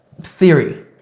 theory